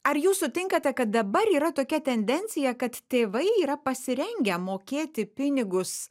ar jūs sutinkate kad dabar yra tokia tendencija kad tėvai yra pasirengę mokėti pinigus